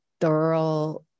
thorough